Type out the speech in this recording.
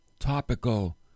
topical